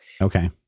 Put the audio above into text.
Okay